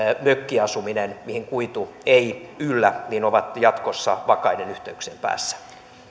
mökkiasuminen mihin kuitu ei yllä on jatkossa vakaiden yhteyksien päässä